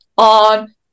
On